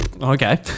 okay